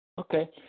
Okay